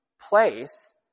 place